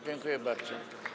Dziękuję bardzo.